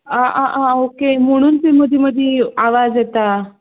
आं आं आं ओके म्हणून बी मदीं मदीं आवाज येता